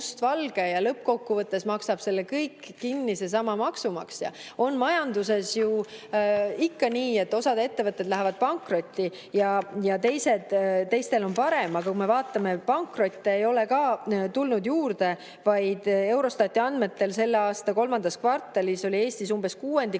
mustvalge. Lõppkokkuvõttes maksab selle kõik kinni seesama maksumaksja. Majanduses on ikka nii, et osa ettevõtteid läheb pankrotti ja teistel on parem. Aga kui me vaatame, siis pankrotte ei ole ka tulnud juurde, vaid Eurostati andmetel selle aasta kolmandas kvartalis oli Eestis umbes kuuendiku